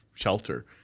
shelter